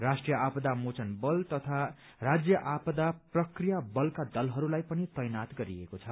राष्ट्रीय आपदा मोचन बल तथा राज्य आपदा प्रक्रिया बलका दलहरूलाई पनि तैनाथ गरिएको छ